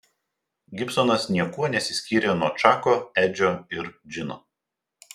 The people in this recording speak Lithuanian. gibsonas niekuo nesiskyrė nuo čako edžio ir džino